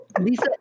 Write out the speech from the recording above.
Lisa